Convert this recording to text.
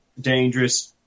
dangerous